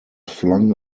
flung